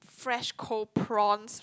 fresh cold prawns